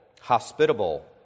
hospitable